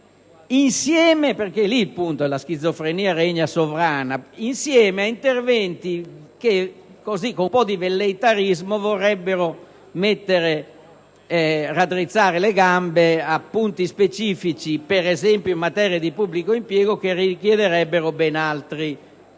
insieme a interventi che con un po' di velleitarismo vorrebbero raddrizzare le gambe a punti specifici, per esempio in materia di pubblico impiego, che richiederebbero ben altri interventi.